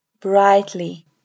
brightly